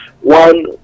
one